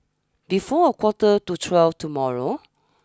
before a quarter to twelve tomorrow